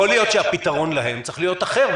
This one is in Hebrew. יכול להיות שהפתרון להם צריך להיות אחר,